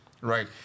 right